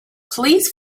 please